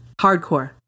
Hardcore